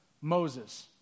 Moses